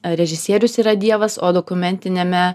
režisierius yra dievas o dokumentiniame